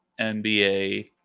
NBA